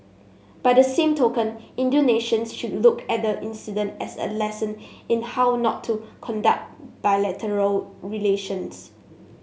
by the same token Indonesians should look at the incident as a lesson in how not to conduct bilateral relations